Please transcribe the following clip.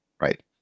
right